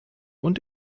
und